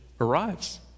arrives